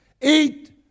Eat